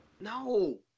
No